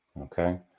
Okay